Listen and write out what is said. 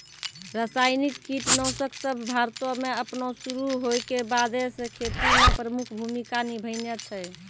रसायनिक कीटनाशक सभ भारतो मे अपनो शुरू होय के बादे से खेती मे प्रमुख भूमिका निभैने छै